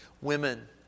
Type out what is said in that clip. Women